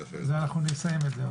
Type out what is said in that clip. עד אז אנחנו נסיים את זה.